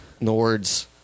Nords